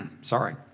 Sorry